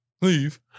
Leave